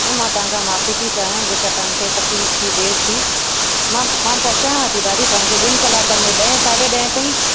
ऐं मां तव्हांखां माफ़ी थी चाहियां जेका तव्हांखे तकलीफ़ थी देरि थी मां मां पहुचायांव थी दादी तव्हांखे ॿिनि कलाकनि में ॾह साढे ॾहे ताईं